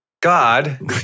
God